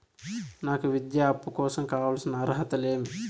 నాకు విద్యా అప్పు కోసం కావాల్సిన అర్హతలు ఏమి?